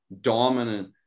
dominant